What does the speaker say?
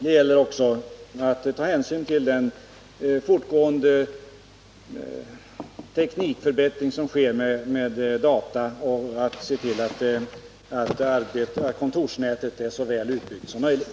Det gäller också att ta hänsyn till den fortgående teknikförbättringen på dataområdet och att se till att kontorsnätet är så väl utbyggt som möjligt.